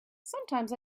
sometimes